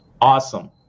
awesome